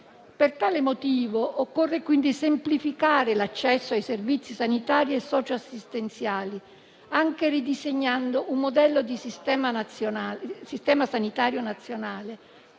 Per tale motivo occorre semplificare l'accesso ai servizi sanitari e socio-assistenziali, anche ridisegnando un modello di Sistema sanitario nazionale